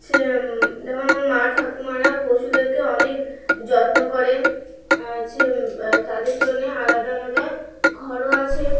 যে যেমন আমার মা ঠাকুমারা পশুদেরকে অনেক যত্ন করে আর হচ্ছে তাদের জন্যে আলাদা আলাদা ঘরও আছে